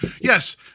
yes